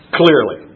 clearly